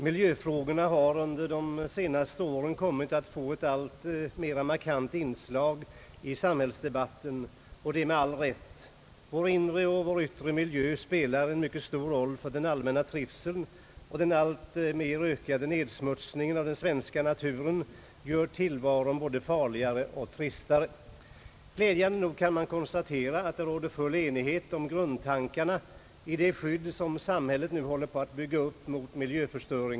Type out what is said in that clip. »Vi vill inte sätta käppar i hjulet.» Man får väl vara tacksam för detta, men då undrar jag vad folkpartiet egentligen har varit ute efter.